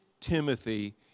Timothy